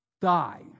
die